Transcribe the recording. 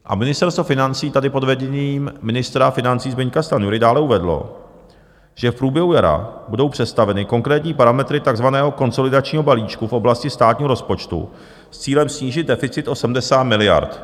A Ministerstvo financí tady pod vedením ministra financí Zbyňka Stanjury dále uvedlo, že v průběhu jara budou představeny konkrétní parametry takzvaného konsolidačního balíčku v oblasti státního rozpočtu s cílem snížit deficit o 70 miliard.